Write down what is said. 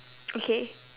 okay